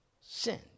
sin